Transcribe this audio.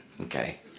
okay